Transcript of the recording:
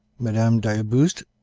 madame d'ailleboust,